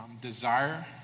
desire